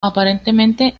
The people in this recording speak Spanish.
aparentemente